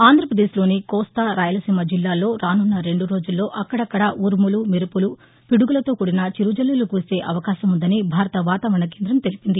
ఆంధ్ర పదేశ్లోని కోస్తా రాయలసీమ జిల్లాల్లో రాసున్న రెండు రోజుల్లో అక్కడక్కడా ఉరుములు మెరుపులు పిదుగులతో కూడిన చిరు జల్లులు కురిసే అవకాశం ఉందని భారత్ వాతావరణం కేందం తెలియచేసింది